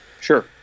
Sure